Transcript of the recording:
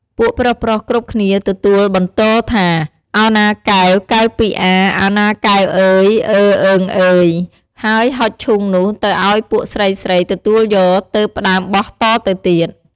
ពួកប្រុសៗគ្រប់គ្នាទទួលបន្ទរថា «ឱណាកែវ កែវពីអា ឱណាកែវអឺយ អឺអឺងអឺយ! » ហើយហុចឈូងនោះទៅអោយពួកស្រីៗទទួលយកទើប ផ្ដើមបោះតទៅទៀត។